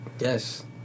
Yes